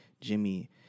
Jimmy